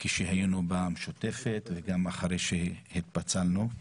כשהיינו במשותפת וגם אחרי שהתפצלנו.